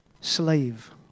slave